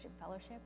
Fellowship